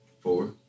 four